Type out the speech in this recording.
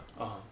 (uh huh)